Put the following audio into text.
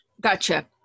Gotcha